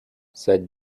said